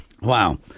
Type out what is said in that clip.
wow